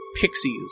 pixies